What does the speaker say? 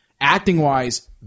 acting-wise